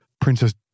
princess